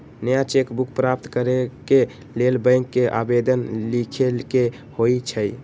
नया cheque book प्राप्त करेके लेल बैंक के आवेदन लीखे के होइ छइ